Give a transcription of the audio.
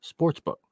Sportsbook